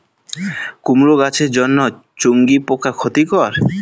কুমড়ো গাছের জন্য চুঙ্গি পোকা ক্ষতিকর?